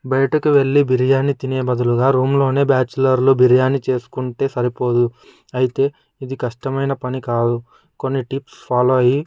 బయటకు వెళ్లి బిర్యానీ తినే బదులుగా రూమ్ లోనే బ్యాచిలర్లు బిర్యాని చేసుకుంటే సరిపోతుంది అయితే ఇది కష్టమైన పని కాదు కొన్ని టిప్స్ ఫాలో అయ్యి